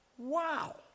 wow